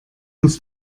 uns